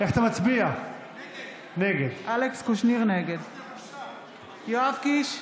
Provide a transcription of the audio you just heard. נגד יואב קיש,